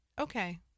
Okay